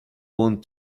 want